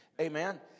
Amen